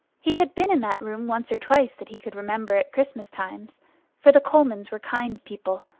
he had been in that room once or twice that he could remember at christmas times for the colemans were kind people,